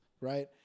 right